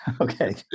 Okay